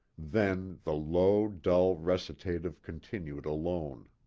then the low dull recitative continued alone.